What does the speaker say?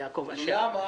למה?